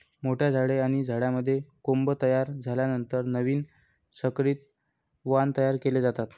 मोठ्या झाडे आणि झाडांमध्ये कोंब तयार झाल्यानंतर नवीन संकरित वाण तयार केले जातात